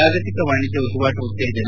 ಜಾಗತಿಕ ವಾಣಿಜ್ಯ ವಹಿವಾಟು ಉತ್ತೇಜನ